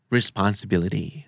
Responsibility